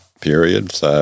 periods